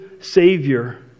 Savior